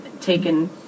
taken